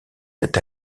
sept